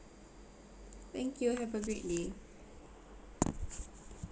thank you have a great day